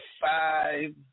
five